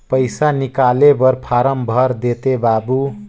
पइसा निकाले बर फारम भर देते बाबु?